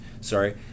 sorry